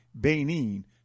Benin